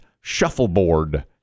shuffleboard